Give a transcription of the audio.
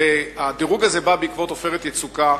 הדירוג הזה בא בעקבות "עופרת יצוקה".